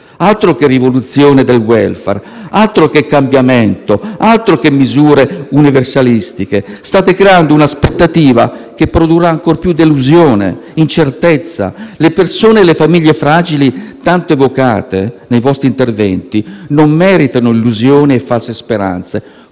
Altro che rivoluzione del *welfare*, cambiamento e misure universalistiche. State creando un'aspettativa che produrrà ancora più delusione ed incertezza. Le persone e le famiglie fragili tanto evocate nei vostri interventi non meritano illusioni e false speranze.